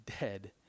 dead